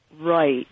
Right